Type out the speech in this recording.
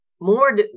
More